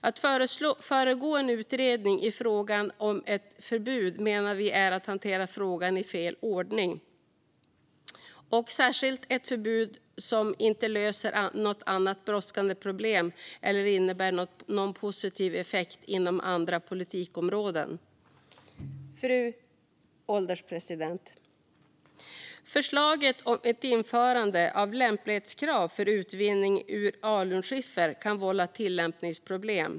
Att föregå en utredning i frågan med ett förbud menar vi är att hantera frågan i fel ordning, särskilt eftersom ett förbud inte löser något annat brådskande problem eller innebär någon positiv effekt inom andra politikområden. Fru ålderspresident! Förslaget om ett införande av lämplighetskrav för utvinning ur alunskiffer kan vålla tillämpningsproblem.